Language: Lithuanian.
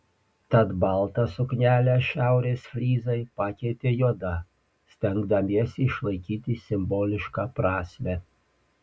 tad baltą suknelę šiaurės fryzai pakeitė juoda stengdamiesi išlaikyti simbolišką prasmę